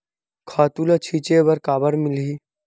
खातु ल छिंचे बर काबर मिलही?